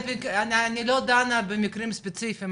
אני לא דנה במקרים ספציפיים,